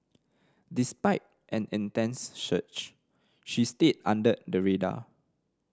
despite an intense search she stayed under the radar